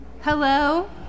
Hello